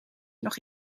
nog